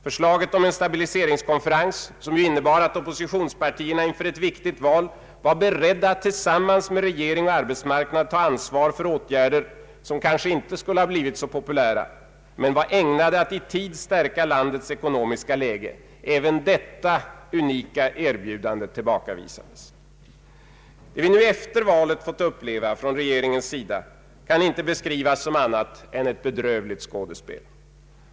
Förslaget om en stabiliseringskonferens, som ju innebar att oppositionspartierna inför ett viktigt val var beredda att tillsammans med regering och arbetsmarknad ta ansvar för åtgärder, som kanske inte skulle blivit så populära men som var ägnade att i tid stärka landets ekonomiska läge, avvisades också, trots att det var ett unikt erbjudande. Det vi nu efter valet fått uppleva från regeringens sida kan inte beskrivas som annat än ett bedrövligt skådespel.